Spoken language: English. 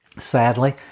Sadly